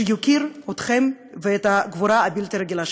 שיוקיר אתכם ואת הגבורה הבלתי-רגילה שלכם.